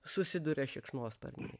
susiduria šikšnosparniai